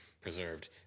preserved